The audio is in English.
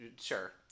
Sure